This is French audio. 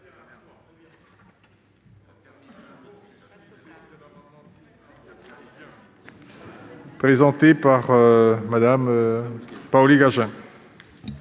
présenté par Mme Paoli-Gagin,